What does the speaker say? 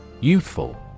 Youthful